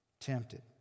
tempted